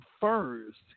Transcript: first